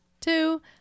Two